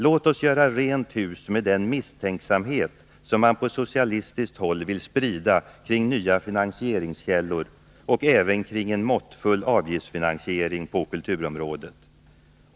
Låt oss göra rent hus med den misstänksamhet som man på socialistiskt håll vill sprida kring nya finansieringskällor och även kring en måttfull avgiftsfinansiering på kulturområdet!